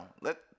Let